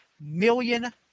million